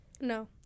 No